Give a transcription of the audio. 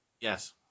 Yes